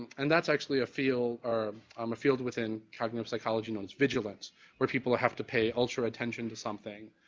and that's actually a field or um a field within cognitive psychology known as vigilance where people have to pay ultra attention to something